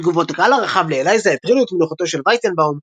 תגובות הקהל הרחב לאלייזה הטרידו את מנוחתו של וייצנבאום,